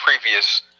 previous